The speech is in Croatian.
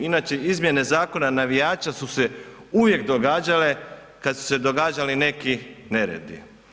Inače izmjene Zakona navijača su se uvijek događale kada su se događali neki neredi.